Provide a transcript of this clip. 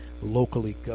locally